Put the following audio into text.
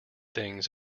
things